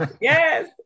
Yes